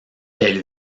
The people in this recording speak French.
elle